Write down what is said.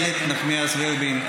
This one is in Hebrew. איילת נחמיאס ורבין,